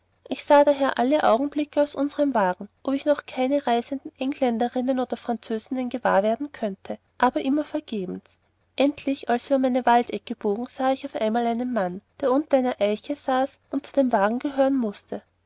ich sah daher alle augenblicke aus unserem wagen ob ich noch keine reisenden engländerinnen oder französinnen gewahr werden könnte aber immer vergebens endlich als wir um eine waldecke bogen sah ich auf einmal einen mann der unter einer eiche saß und zu dem wagen gehören mußte